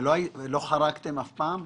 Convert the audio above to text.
לא חרגתם אף פעם?